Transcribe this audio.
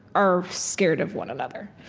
are scared of one another,